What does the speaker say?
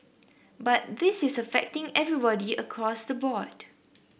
but this is affecting everybody across the board